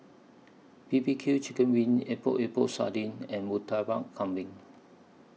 B B Q Chicken Wings Epok Epok Sardin and Murtabak Kambing